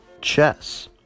chess